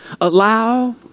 allow